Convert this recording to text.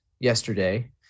yesterday